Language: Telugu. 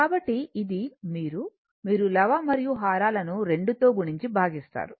కాబట్టి ఇది మీరు మీరు లవ మరియు హారాలను 2 తో గుణించి భాగిస్తారు